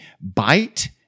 bite